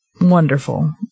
wonderful